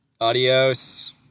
adios